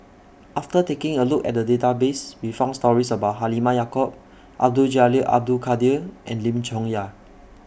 after taking A Look At The Database We found stories about Halimah Yacob Abdul Jalil Abdul Kadir and Lim Chong Yah